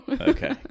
Okay